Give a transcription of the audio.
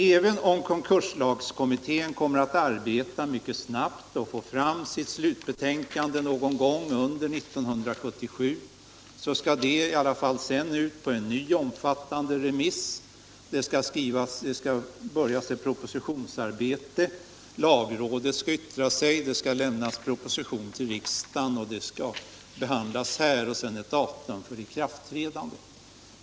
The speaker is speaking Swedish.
Även om konkurslagskommittén kommer att arbeta mycket snabbt och få fram sitt slutbetänkande någon gång under 1977, skall det i alla fall sedan ut på en ny, omfattande remiss. Så skall ett propositionsarbete börja, lagrådet skall yttra sig, proposition skall lämnas till riksdagen, förslaget skall behandlas här och datum för ikraftträdande skall fastställas.